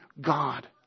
God